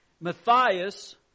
Matthias